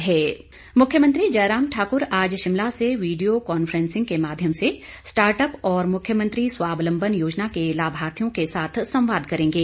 मख्यमंत्री मुख्यमंत्री जयराम ठाकर आज शिमला से वीडियो कान्फ्रेंसिंग के माध्यम से स्टार्ट अप और मुख्यमंत्री स्वाबलंबन योजना के लाभार्थियों के साथ संवाद करेंगे